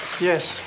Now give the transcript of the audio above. yes